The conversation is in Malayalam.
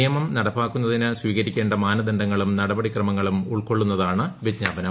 നിയമ നടപ്പാക്കുന്നതിന് സ്വീകരിക്കേണ്ട മാനദണ്ഡങ്ങളും നടപടിക്രമങ്ങളും ഉൾക്കൊള്ളുന്നതാണ് വിജ്ഞാപനം